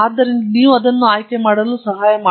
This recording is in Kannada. ಆದ್ದರಿಂದ ನೀವು ಅದನ್ನು ಆಯ್ಕೆ ಮಾಡಲು ಸಹಾಯ ಮಾಡಬೇಕು